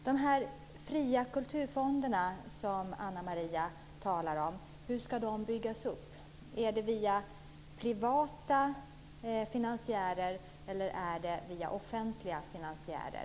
Hur ska de fria kulturfonder som Ana Maria talar om byggas upp? Är det via privata finansiärer eller är det via offentliga finansiärer?